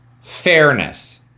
fairness